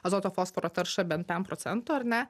azoto fosforo taršą bent pem procentų ar ne